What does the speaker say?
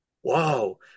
Whoa